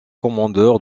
commandeur